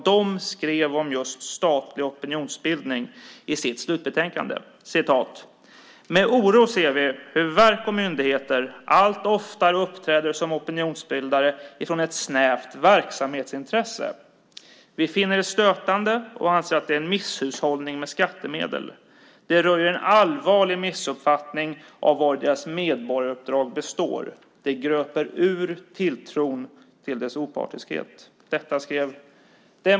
De skrev följande i sitt slutbetänkande om statlig opinionsbildning: "Med oro ser vi dock hur verk och myndigheter allt oftare uppträder som opinionsbildare utifrån ett snävt verksamhetsintresse. Vi finner det stötande och anser att det är en misshushållning med skattemedel. Det röjer en allvarlig missuppfattning av vari deras medborgaruppdrag består. Det urgröper tilltron till deras opartiskhet."